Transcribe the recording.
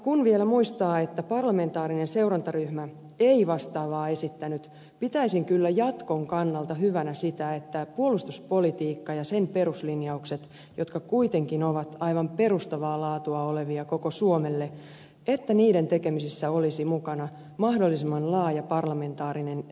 kun vielä muistaa että parlamentaarinen seurantaryhmä ei vastaavaa esittänyt pitäisin kyllä jatkon kannalta hyvänä sitä että puolustuspolitiikan ja sen peruslinjauksien tekemisessä jotka kuitenkin ovat aivan perustavaa laatua olevia koko suomelle olisi mukana mahdollisimman laaja parlamentaarinen edustus